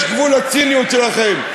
יש גבול לציניות שלכם.